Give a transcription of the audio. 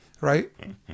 right